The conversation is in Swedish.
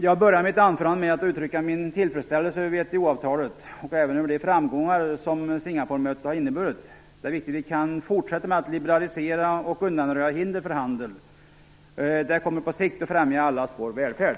Jag började mitt anförande med att uttrycka min tillfredsställelse över VHO-avtalet och även över de framgångar som Singaporemötet har inneburit. Det är viktigt att vi kan fortsätta med att liberalisera och undanröja hinder för handel. Det kommer på sikt att främja allas vår välfärd.